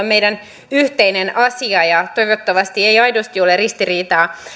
meidän yhteinen asiamme ja toivottavasti ei aidosti ole ristiriitaa